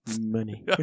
Money